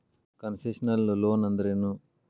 Concessional loan ಅಂದ್ರೇನು?